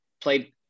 played